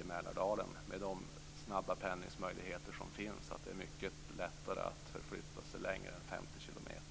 i Mälardalen, med tanke på de snabba pendlingsmöjligheter som finns här. Det är mycket lättare att förflytta sig längre än 50 kilometer.